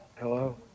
Hello